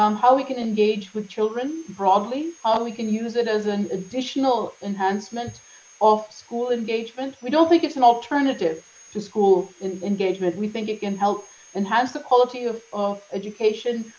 um how we can engage with children broadly, how we can use it as an additional enhancement of school engagement. we don't think it's an alternative to school engagement. we think it can help enhance the quality of of education,